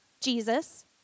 Jesus